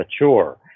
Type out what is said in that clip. mature